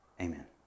Amen